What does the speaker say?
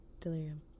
delirium